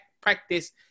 practice